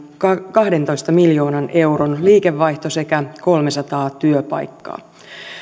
kahdentoista miljoonan euron liikevaihto sekä kolmesataa työpaikkaa